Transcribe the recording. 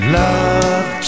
love